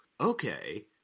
okay